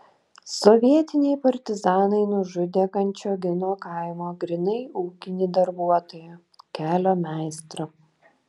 sovietiniai partizanai nužudė kančiogino kaimo grynai ūkinį darbuotoją kelio meistrą